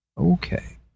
Okay